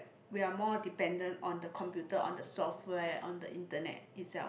we are more dependent on the computer on the software on the internet itself